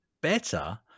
better